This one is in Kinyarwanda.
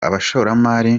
abashoramari